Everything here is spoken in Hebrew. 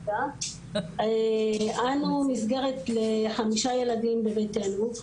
אנו מסגרת לחמישה ילדים בביתנו,